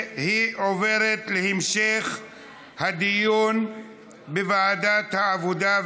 היא עוברת להמשך הדיון בוועדת העבודה,